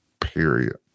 period